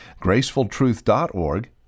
gracefultruth.org